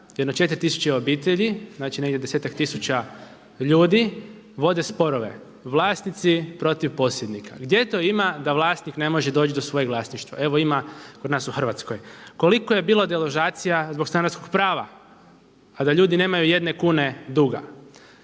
jedno četiri tisuće obitelji, znači negdje desetak tisuća ljudi vode sporove, vlasnici protiv posjednika. Gdje to ima da vlasnik ne može doći do svojeg vlasništva? Evo ima kod nas u Hrvatskoj. Koliko je bilo deložacija zbog stanarskog prava, a da ljudi nemaju jedne kune duga?